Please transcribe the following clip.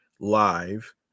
Live